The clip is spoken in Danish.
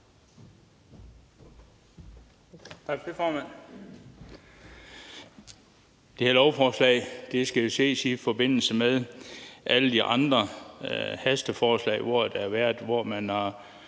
Tak for det, formand. Det her lovforslag skal jo ses i forbindelse med alle de andre hasteforslag, hvor man har